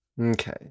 Okay